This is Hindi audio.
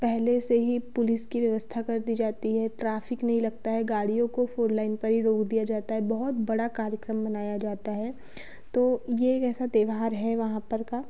पहले से ही पुलिस की व्यवस्था कर दी जाती है ट्राफिक नहीं लगता है गाड़ियों को फोर लाइन पर ही रोक दिया जाता है बहुत बड़ा कार्यक्रम मनाया जाता है तो यह एक ऐसा त्योहार है वहाँ पर का